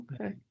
Okay